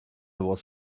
was